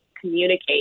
communicate